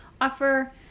offer